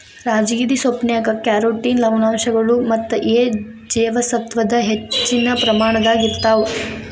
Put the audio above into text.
ರಾಜಗಿರಿ ಸೊಪ್ಪಿನ್ಯಾಗ ಕ್ಯಾರೋಟಿನ್ ಲವಣಾಂಶಗಳು ಮತ್ತ ಎ ಜೇವಸತ್ವದ ಹೆಚ್ಚಿನ ಪ್ರಮಾಣದಾಗ ಇರ್ತಾವ